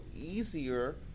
easier